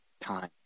time